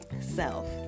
self